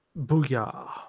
Booyah